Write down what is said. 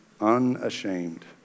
Unashamed